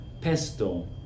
Pesto